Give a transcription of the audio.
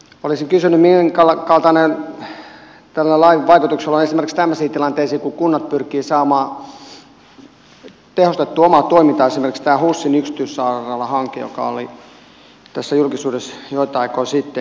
olisin kysynyt minkä kaltainen tämän lain vaikutus on esimerkiksi tämmöisiin tilanteisiin kun kunnat pyrkivät tehostamaan omaa toimintaansa esimerkiksi tämä husin yksityissairaalahanke joka oli tässä julkisuudessa joitain aikoja sitten